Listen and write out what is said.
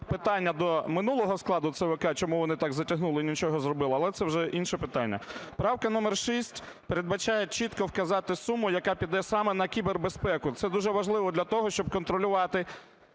питання до минулого складу ЦВК, чому вони так затягнули і нічого не зробили, але це вже інше питання. Правка номер 6 передбачає чітко вказати суму, яку піде саме на кібербезпеку. Це дуже важливо для того, щоб контролювати